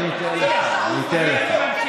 אני אתן לך, אני אתן לך.